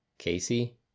Casey